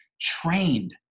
trained